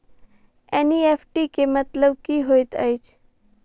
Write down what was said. NEFT केँ मतलब की होइत अछि?